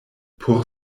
por